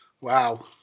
wow